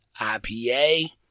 IPA